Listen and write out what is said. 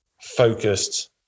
focused